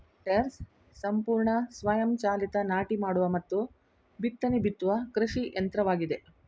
planters ಸಂಪೂರ್ಣ ಸ್ವಯಂ ಚಾಲಿತ ನಾಟಿ ಮಾಡುವ ಮತ್ತು ಬಿತ್ತನೆ ಬಿತ್ತುವ ಕೃಷಿ ಯಂತ್ರವಾಗಿದೆ